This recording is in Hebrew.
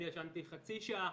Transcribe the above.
אני ישנתי חצי שעה